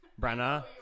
Brenna